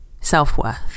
self-worth